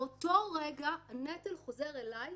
באותו רגע הנטל חוזר איליי